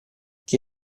che